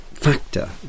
Factor